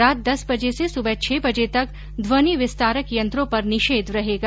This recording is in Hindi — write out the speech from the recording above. रात दस बजे से सुबह छह बजे तक ध्वनि विस्तारक यंत्रों पर निषेध रहेगा